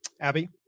Abby